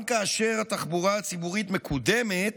גם כאשר התחבורה הציבורית מקודמת,